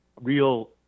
real